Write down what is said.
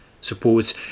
Supports